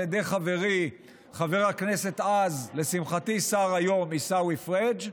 על ידי חברי חבר הכנסת אז ולשמחתי השר היום עיסאווי פריג'.